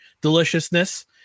deliciousness